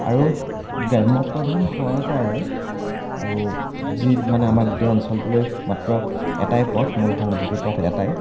আৰু গ্ৰাম্য় প্ৰধান হোৱাৰ কাৰণে আৰু যি মানে আমাৰ গোটেই অঞ্চলটোলৈ মাত্ৰ এটাই পথ মূল সংযোগী পথ এটাই